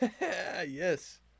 Yes